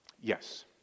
yes